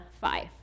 five